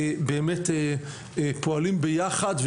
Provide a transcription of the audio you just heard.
באמת פועלים ביחד,